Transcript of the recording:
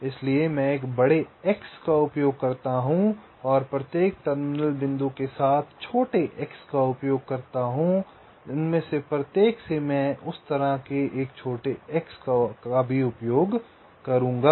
इसलिए मैं एक बड़े X का उपयोग करता हूं और प्रत्येक टर्मिनल बिंदु के साथ मैं छोटे X का उपयोग करता हूं उनमें से प्रत्येक से मैं उस तरह के छोटे X का भी उपयोग करूंगा